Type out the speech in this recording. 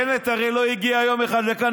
הרי בנט לא הגיע יום אחד לכאן,